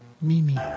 Mimi